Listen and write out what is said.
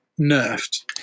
nerfed